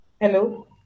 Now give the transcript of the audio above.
Hello